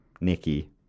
Nicky